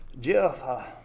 Jeff